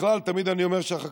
בכלל, תמיד אני אומר שהחקלאים